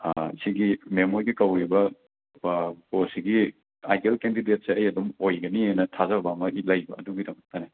ꯁꯤꯒꯤ ꯃꯦꯝ ꯍꯣꯏꯒꯤ ꯀꯧꯔꯤꯕ ꯄꯣꯁ ꯁꯤꯒꯤ ꯑꯥꯏꯗ꯭ꯌꯦꯜ ꯀꯦꯟꯗꯤꯗꯦꯠꯁꯤ ꯑꯩ ꯑꯗꯨꯝ ꯑꯣꯏꯒꯅꯦꯅ ꯊꯥꯖꯕ ꯑꯃꯗꯤ ꯂꯩꯕ ꯑꯗꯨꯒꯤꯗꯃꯛꯇꯅꯤ